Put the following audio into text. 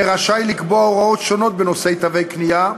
יהיה ראשי לקבוע הוראות בנושא תווי קנייה,